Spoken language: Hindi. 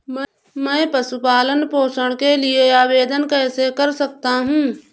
मैं पशु पालन पोषण के लिए आवेदन कैसे कर सकता हूँ?